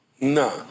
No